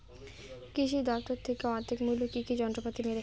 কৃষি দফতর থেকে অর্ধেক মূল্য কি কি যন্ত্রপাতি মেলে?